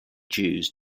jews